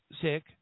sick